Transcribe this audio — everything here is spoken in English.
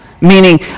meaning